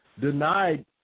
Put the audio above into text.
denied